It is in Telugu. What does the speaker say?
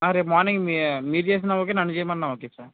రేపు మార్నింగ్ మీరు చేసిన ఓకే నన్ను చేయమన్నా ఓకే సార్